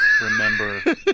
remember